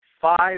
five